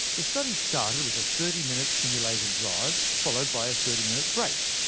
the study started with a thirty minute simulated drive, followed by a thirty minute break.